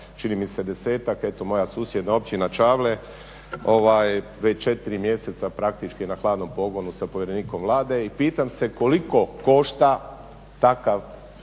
čini mi se 10-tak. Eto moja susjedna općina Čavle je već 4 mjeseca praktički na hladnom pogonu sa povjerenikom Vlade i pitam se koliko košta takva